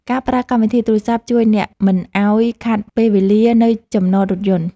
ការប្រើកម្មវិធីទូរសព្ទ ជួយអ្នកមិនឱ្យខាតពេលវេលានៅចំណតរថយន្ត។